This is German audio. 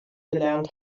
gelernt